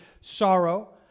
sorrow